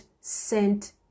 sent